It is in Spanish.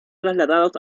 trasladados